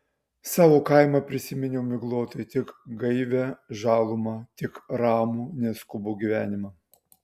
savo kaimą prisiminiau miglotai tik gaivią žalumą tik ramų neskubų gyvenimą